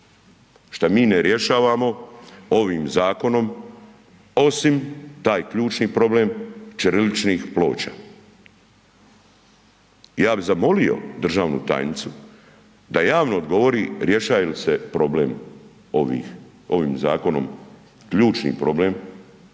šta mi ne rješavamo ovim zakonom osim taj ključni problem ćiriličnih ploča. Ja bih zamolio državnu tajnicu da javno odgovori rješaje li se problem ovim zakonom, ključni problem,